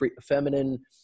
feminine